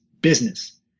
business